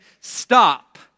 Stop